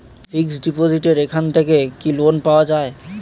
Fix ডিপোজিটের এখান থেকে কি লোন পাওয়া যায়?